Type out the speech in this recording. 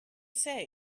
say